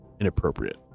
inappropriate